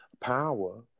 power